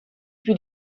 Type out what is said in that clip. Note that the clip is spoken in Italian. più